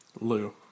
Lou